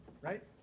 Right